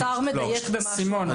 השר מדייק במה שהוא אומר.